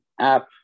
app